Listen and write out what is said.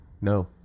No